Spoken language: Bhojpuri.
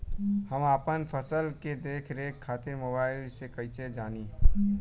हम अपना फसल के देख रेख खातिर मोबाइल से कइसे जानी?